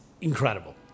incredible